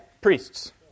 priests